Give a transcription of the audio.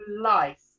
life